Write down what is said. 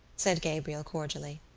said gabriel cordially.